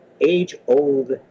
age-old